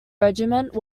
regiment